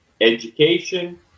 education